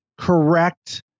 correct